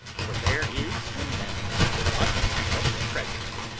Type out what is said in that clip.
for there is in them much of treasure.